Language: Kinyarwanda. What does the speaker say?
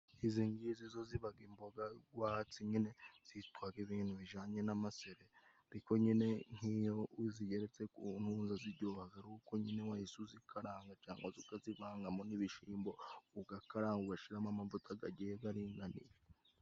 Izi ngizi zo ziba imboga rwatsi nyine zitwa ibintu bijanye n'amasereri. Ariko nyine nk'iyo uzigeretse ku ntuza ziryoha ari uko nyine wahise uzikaranga cyangwa ukazivangamo n'ibishyimbo, ugakaranga ugashyiramo n'amavuta agiye aringaniye.